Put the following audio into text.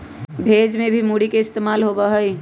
भेज में भी मूरी के इस्तेमाल होबा हई